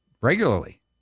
regularly